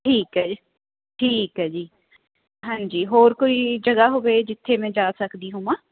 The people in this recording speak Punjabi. ਠੀਕ ਹੈ ਜੀ ਠੀਕ ਹੈ ਜੀ ਹਾਂਜੀ ਹੋਰ ਕੋਈ ਜਗ੍ਹਾ ਹੋਵੇ ਜਿੱਥੇ ਮੈਂ ਜਾ ਸਕਦੀ ਹੋਵਾਂ